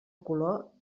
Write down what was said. color